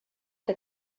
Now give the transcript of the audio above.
que